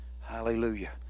Hallelujah